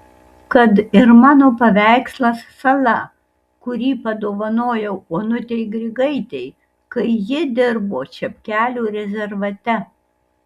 kad ir mano paveikslas sala kurį padovanojau onutei grigaitei kai ji dirbo čepkelių rezervate